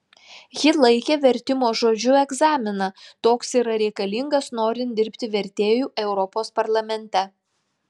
ji laikė vertimo žodžiu egzaminą toks yra reikalingas norint dirbti vertėju europos parlamente